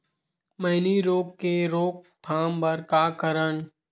मैनी रोग के रोक थाम बर का करन?